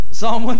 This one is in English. Psalm